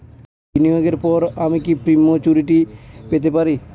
বিনিয়োগের পর আমি কি প্রিম্যচুরিটি পেতে পারি?